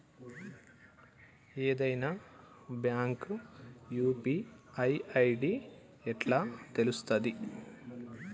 ఏదైనా bank UPI ID ఎట్లా తెలుత్తది?